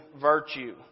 virtue